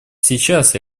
сейчас